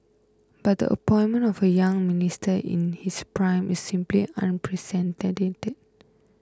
but the appointment of a young Minister in his prime is simply unprecedented